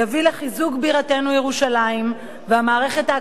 בירתנו ירושלים והמערכת האקדמית בה,